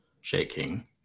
shaking